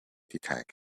tags